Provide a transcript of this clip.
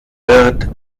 wird